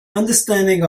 understanding